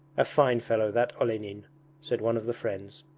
a fine fellow, that olenin said one of the friends.